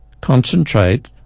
concentrate